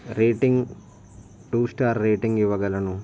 rating two star rating ఇవ్వగలను